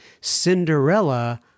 cinderella